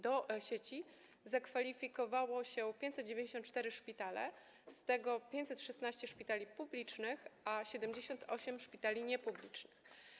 Do sieci zakwalifikowały się 594 szpitale, z tego 516 szpitali publicznych i 78 szpitali niepublicznych.